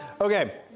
Okay